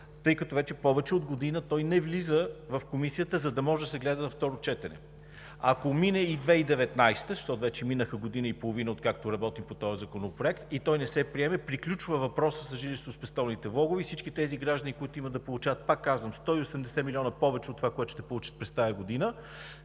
тъй като вече повече от година той не влиза в Комисията, за да може да се гледа на второ четене. Ако мине и 2019 г., защото вече мина година и половина, откакто работим по този законопроект, и той не се приеме, приключва въпросът с жилищно-спестовните влогове. Всички граждани, които има да получават, пак казвам, 180 милиона, повече от това, което ще получат през тази година,